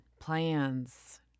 plans